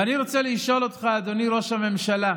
ואני רוצה לשאול אותך, אדוני ראש הממשלה,